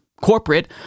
corporate